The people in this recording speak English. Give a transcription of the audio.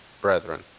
brethren